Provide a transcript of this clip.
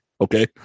Okay